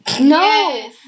No